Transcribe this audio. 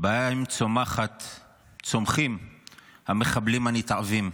שבה צומחים המחבלים הנתעבים,